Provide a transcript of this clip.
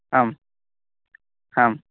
हां हाम्